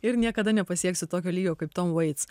ir niekada nepasieksiu tokio lygio kaip tom veits